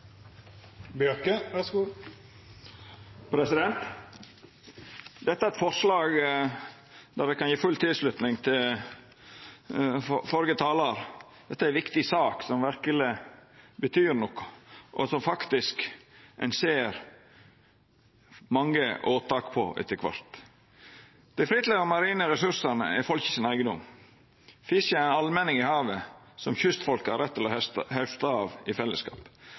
Dette er ei viktig sak som verkeleg betyr noko, og som ein faktisk ser mange åtak på etter kvart. Dei frittliggjande marine ressursane er folket sin eigedom. Fisken er allmenningen i havet, som kystfolket har rett til å hausta av i fellesskap.